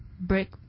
brick